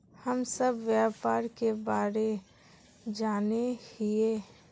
हम सब व्यापार के बारे जाने हिये?